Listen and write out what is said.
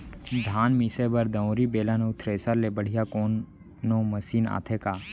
धान मिसे बर दंवरि, बेलन अऊ थ्रेसर ले बढ़िया कोनो मशीन आथे का?